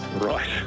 Right